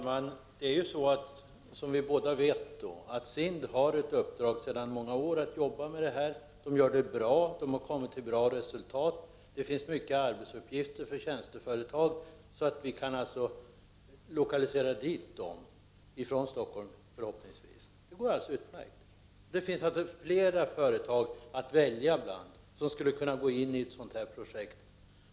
Herr talman! Som vi båda vet har SIND sedan många år i uppdrag att arbeta med detta. Det gör man bra och de har kommit till bra resultat. Det finns många arbetsuppgifter för tjänsteföretag. Vi kan alltså lokalisera upp dem från Stockholm, det går alldeles utmärkt. Det finns flera företag att välja bland som skulle kunna gå in i ett sådant här projekt.